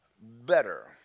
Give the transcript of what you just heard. better